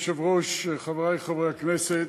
אדוני היושב-ראש, חברי חברי הכנסת,